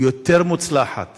יותר מוצלחת